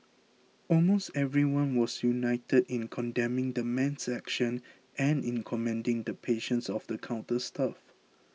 almost everyone was united in condemning the man's actions and in commending the patience of the counter staff